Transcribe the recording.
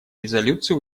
резолюции